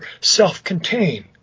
self-contained